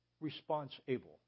response-able